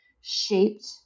shaped